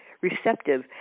receptive